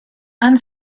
and